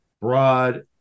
broad